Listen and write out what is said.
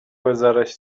بزارش